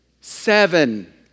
Seven